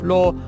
Law